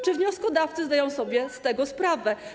Czy wnioskodawcy zdają sobie z tego sprawę?